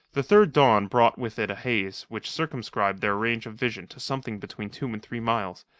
the third dawn brought with it a haze which circumscribed their range of vision to something between two and three miles,